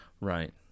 Right